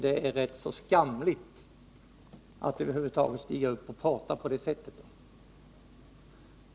Det är rätt skamligt att över huvud taget gå upp och prata på det sättet.